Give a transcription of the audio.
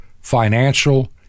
financial